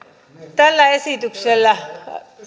tällä esityksellä